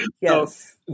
Yes